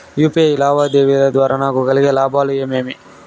UPI లావాదేవీల ద్వారా నాకు కలిగే లాభాలు ఏమేమీ?